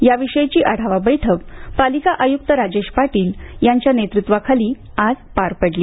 याविषयीची आढावा बैठक पालिका आयुक्त राजेश पाटील यांच्या नेतृत्वाखाली आज पार पडली